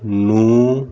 ਨੂੰ